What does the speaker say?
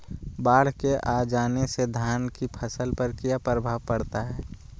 बाढ़ के आ जाने से धान की फसल पर किया प्रभाव पड़ता है?